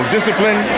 discipline